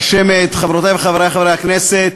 רשמת, חברותי וחברי חברי הכנסת,